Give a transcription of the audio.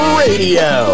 radio